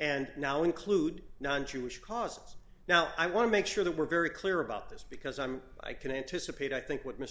and now include non jewish cause now i want to make sure that we're very clear about this because i'm i can anticipate i think what mr